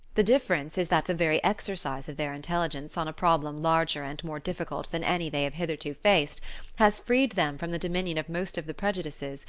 the difference is that the very exercise of their intelligence on a problem larger and more difficult than any they have hitherto faced has freed them from the dominion of most of the prejudices,